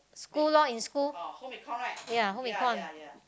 school lor in school ya home econ